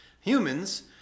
Humans